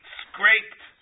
scraped